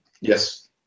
Yes